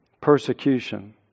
persecution